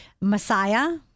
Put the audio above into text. Messiah